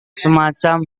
semacam